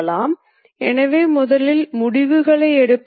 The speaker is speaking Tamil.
பொதுவாக முழுமையான அமைப்பு விரும்பப்படுகிறது